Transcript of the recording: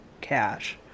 cash